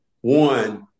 One